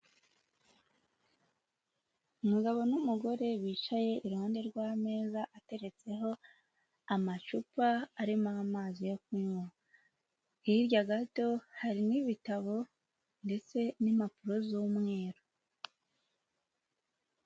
Umugabo n'umugore bicaye iruhande rw'ameza ateretseho amacupa arimo amazi yo kunywa, hirya gato harimo ibitabo ndetse n'impapuro z'umweru.